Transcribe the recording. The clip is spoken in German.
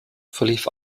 verlief